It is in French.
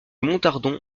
montardon